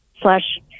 slash